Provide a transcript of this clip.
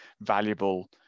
valuable